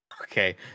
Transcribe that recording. Okay